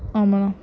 ஆமாண்ணா